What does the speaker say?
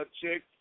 chick